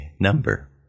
number